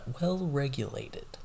well-regulated